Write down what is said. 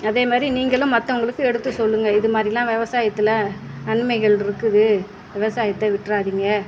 அதே மாதிரி நீங்களும் மற்றவங்களுக்கு எடுத்து சொல்லுங்கள் இது மாதிரிலாம் விவசாயத்துல நன்மைகள் இருக்குது விவசாயத்த விட்டுறாதீங்க